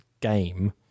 game